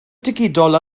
digidol